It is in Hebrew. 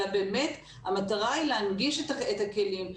אלא באמת המטרה היא להנגיש את הכלים,